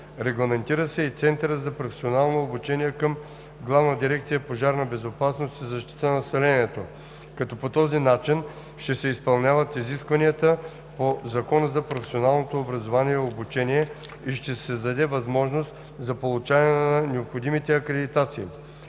Регламентира се и Центърът за професионално обучение към Главна дирекция „Пожарна безопасност и защита на населението“, като по този начин ще се изпълнят изискванията по Закона за професионалното образование и обучение и ще се създаде възможност за получаване на необходимите акредитации.